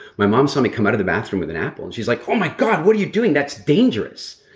my mom saw me come out of the bathroom with an apple and she was like, oh, my god what are you doing! that's dangerous.